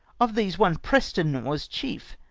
of these one preston was chief,